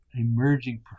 emerging